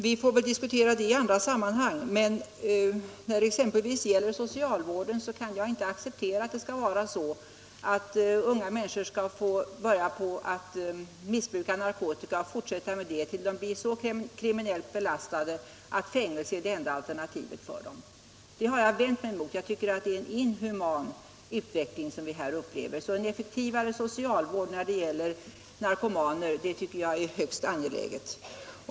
Vi får väl diskutera det i andra sammanhang, men när det exempelvis gäller socialvården kan jag inte acceptera att unga människor skall få börja missbruka narkotika och fortsätta med det till dess de blir så kriminellt belastade att fängelse är det enda alternativet för dem. Det har jag vänt mig mot. Det är en inhuman utveckling vi upplever, och jag tycker alltså att en effektivare socialvård när det gäller narkotika är högst angelägen.